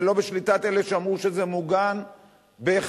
ולא בשליטת אלה שאמרו שזה מוגן בהכרח.